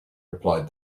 replied